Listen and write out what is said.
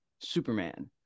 superman